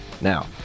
Now